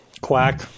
quack